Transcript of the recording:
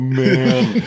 man